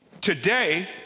Today